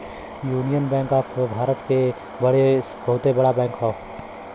union bank Bharat क बहुते बड़ा बैंक हौ